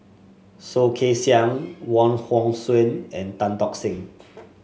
Soh Kay Siang Wong Hong Suen and Tan Tock Seng